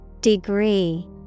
Degree